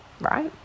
right